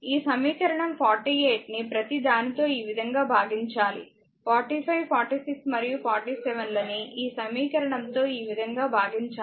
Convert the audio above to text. ఈ సమీకరణం 48ని ప్రతి దానితో ఈ విధంగా భాగించాలి 45 46 మరియు 47 లని ఈ సమీకరణం తో ఈ విధంగా భాగించాలి